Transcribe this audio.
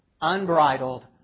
unbridled